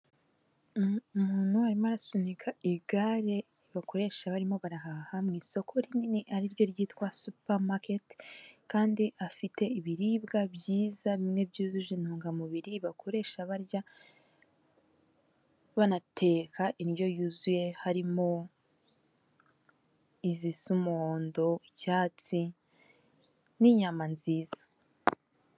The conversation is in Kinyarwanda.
Umuntu arimo ara asunika igare bakoresha barimo barahaha mu isoko rinini ariryo ryitwa supamaketi kandi afite ibiribwa byiza bimwe byujuje intungamubiri bakoresha barya, banateka indyo yuzuye harimo izisa umuhondo, icyatsi n'iyama nziza.